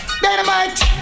Dynamite